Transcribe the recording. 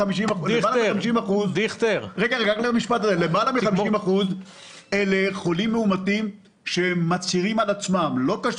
מ-50% הם חולים מאומתים שמצהירים על עצמם בלי קשר